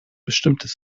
bestimmtes